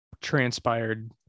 transpired